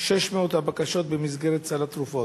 600 הבקשות במסגרת סל התרופות.